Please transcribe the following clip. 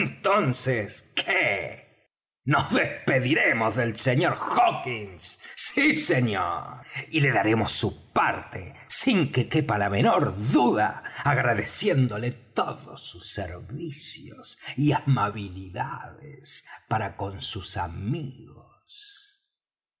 entonces qué nos despediremos del sr hawkins sí señor y le daremos su parte sin que quepa la menor duda agradeciéndole todos sus servicios y amabilidades para con sus amigos